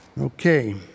okay